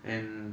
and